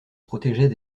protégeaient